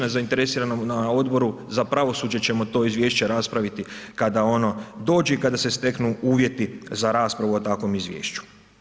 Na zainteresiranom, na Odboru za pravosuđe ćemo to Izvješće raspraviti kada ono dođe i kada se steknu uvjeti za raspravu o takvom Izvješću.